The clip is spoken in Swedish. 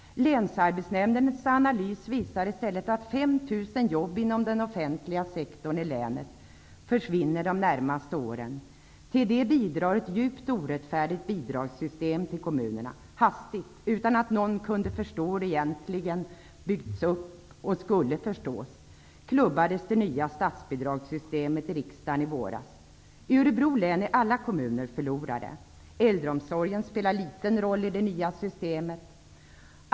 Länsarbetsnämndens analys visar i stället att 5 000 jobb inom den offentliga sektorn i länet försvinner de närmaste åren. Till det bidrar ett djupt orättfärdigt bidragssystem till kommunerna. Hastigt och utan att någon kunde förstå hur det egentligen hade byggts upp och skulle förstås, klubbades det nya statsbidragssystemet i riksdagen i våras. I Örebro län är alla kommuner förlorare. Äldreomsorgen spelar en liten roll i det nya systemet.